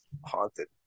Haunted